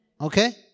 Okay